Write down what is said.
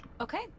Okay